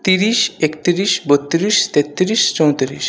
তিরিশ একতিরিশ বত্তিরিশ তেত্তিরিশ চৌতিরিশ